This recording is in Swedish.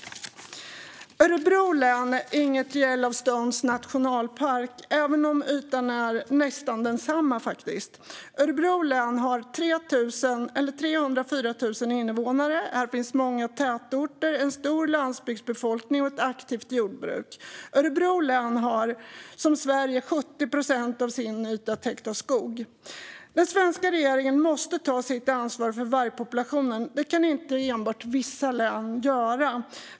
Örebro län är inte Yellowstone nationalpark, även om ytan är nästan densamma. Örebro län har 304 000 invånare. Här finns många tätorter, en stor landsbygdsbefolkning och ett aktivt jordbruk. Örebro län har som Sverige 70 procent av sin yta täckt av skog. Den svenska regeringen måste ta sitt ansvar för vargpopulationen. Det kan inte enbart vissa län göra.